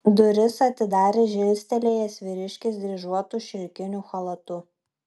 duris atidarė žilstelėjęs vyriškis dryžuotu šilkiniu chalatu